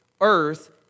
earth